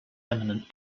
eminent